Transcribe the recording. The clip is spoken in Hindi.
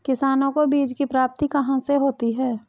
किसानों को बीज की प्राप्ति कहाँ से होती है?